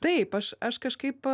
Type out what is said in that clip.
taip aš aš kažkaip